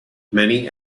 many